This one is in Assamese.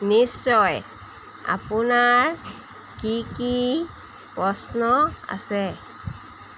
নিশ্চয় আপোনাৰ কি কি প্ৰশ্ন আছে